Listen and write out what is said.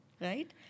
Right